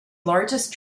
largest